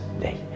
day